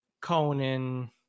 Conan